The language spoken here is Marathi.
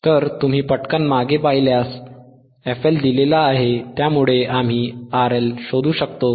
तर तुम्ही पटकन मागे पाहिल्यास fL दिलेला आहे त्यामुळे आम्ही RLशोधू शकतो